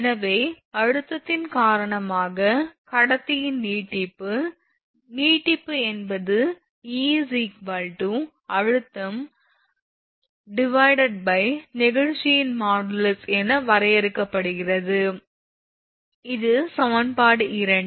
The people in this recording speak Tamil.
எனவே அழுத்தத்தின் காரணமாக கடத்தியின் நீட்டிப்பு நீட்டிப்பு என்பது e அழுத்தம்நெகிழ்ச்சியின் மாடுலஸ் என வரையறுக்கப்படுகிறது இது சமன்பாடு 2